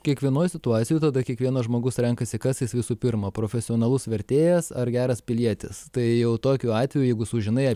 kiekvienoj situacijoj tada kiekvienas žmogus renkasi kas jis visų pirma profesionalus vertėjas ar geras pilietis tai jau tokiu atveju jeigu sužinai